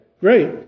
great